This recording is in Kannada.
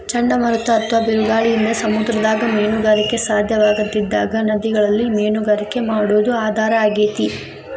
ಚಂಡಮಾರುತ ಅತ್ವಾ ಬಿರುಗಾಳಿಯಿಂದ ಸಮುದ್ರದಾಗ ಮೇನುಗಾರಿಕೆ ಸಾಧ್ಯವಾಗದಿದ್ದಾಗ ನದಿಗಳಲ್ಲಿ ಮೇನುಗಾರಿಕೆ ಮಾಡೋದು ಆಧಾರ ಆಗೇತಿ